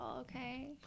okay